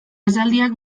esaldiak